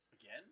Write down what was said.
Again